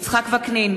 יצחק וקנין,